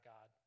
God